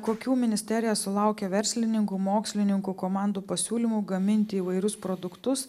kokių ministerija sulaukia verslininkų mokslininkų komandų pasiūlymų gaminti įvairius produktus